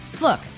look